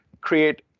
create